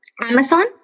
Amazon